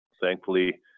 Thankfully